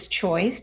choice